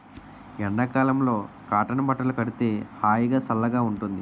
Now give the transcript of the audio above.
ఎండ కాలంలో కాటన్ బట్టలు కడితే హాయిగా, సల్లగా ఉంటుంది